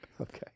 Okay